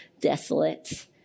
Desolate